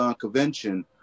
convention